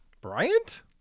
Bryant